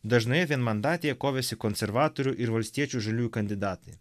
dažnai vienmandatėje kovėsi konservatorių ir valstiečių žaliųjų kandidatai